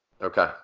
Okay